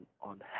on